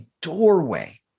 doorway